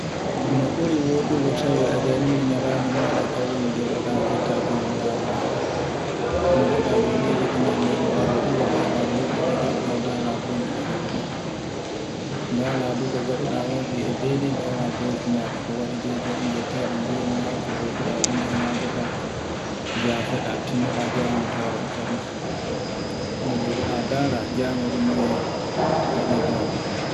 No ɓuri woɗugo tawen a gayniri nyande maɗa ka woni joɗoɗa ngetta jomirawo maɗa. Mijo ɗa golleji ɗi nyalloyno ɗa waɗugo lebbi ɗi ngaɗɗa ndara bonɗi ɗi ngaɗuɗa, ndara wanɗu ɗi ngaɗuɗa warri e daidai, ndara bofi maɗa. Ko waɗi daidai un jetta jomirawoo ko bofuɗa nyagoɗa mbofiɗa tinoɗa njago ta waɗe ta ɗum. kuma njoɗa ndara jango ɗun noy ngaɗirta ɗum.